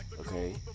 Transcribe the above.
Okay